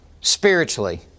spiritually